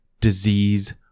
Disease